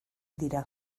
dira